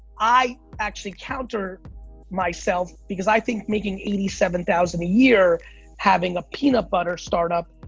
i actually counter myself, because i think making eighty seven thousand a year having a peanut butter startup,